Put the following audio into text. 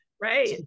Right